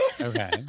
okay